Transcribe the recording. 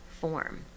form